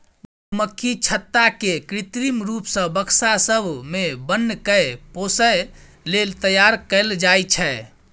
मधुमक्खी छत्ता केँ कृत्रिम रुप सँ बक्सा सब मे बन्न कए पोसय लेल तैयार कयल जाइ छै